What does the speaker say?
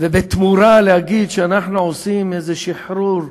ובתמורה להגיד שאנחנו עושים איזה שחרור,